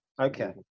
Okay